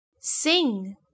sing